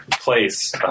place